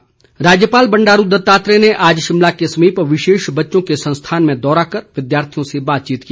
राज्यपाल राज्यपाल बंडारू दत्तात्रेय ने आज शिमला के समीप विशेष बच्चों के संस्थान में दौरा कर विद्यार्थियों से बातचीत की